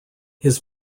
his